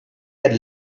had